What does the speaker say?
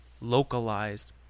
localized